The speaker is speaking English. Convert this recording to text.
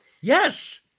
Yes